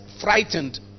frightened